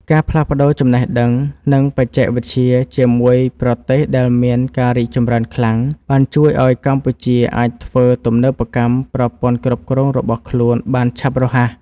ការផ្លាស់ប្តូរចំណេះដឹង និងបច្ចេកវិទ្យាជាមួយប្រទេសដែលមានការរីកចម្រើនខ្លាំង បានជួយឱ្យកម្ពុជាអាចធ្វើទំនើបកម្មប្រព័ន្ធគ្រប់គ្រងរបស់ខ្លួនបានឆាប់រហ័ស។